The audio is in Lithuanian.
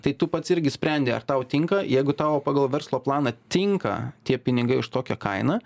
tai tu pats irgi sprendi ar tau tinka jeigu tau pagal verslo planą tinka tie pinigai už tokią kainą